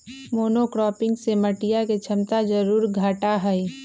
monocropping से मटिया के क्षमता जरूर घटा हई